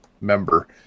member